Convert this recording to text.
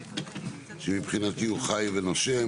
שמבחינתי הוא חי ונושם,